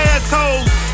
assholes